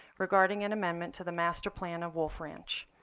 regarding an amendment to the master plan of wolf ranch.